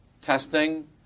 testing